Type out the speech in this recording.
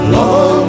Long